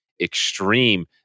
extreme